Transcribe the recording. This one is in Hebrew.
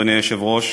אדוני היושב-ראש,